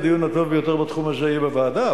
הדיון הטוב ביותר בתחום הזה יהיה בוועדה,